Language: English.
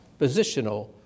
Positional